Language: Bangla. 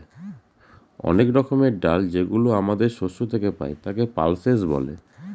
অনেক রকমের ডাল যেগুলো আমাদের শস্য থেকে পাই, তাকে পালসেস বলে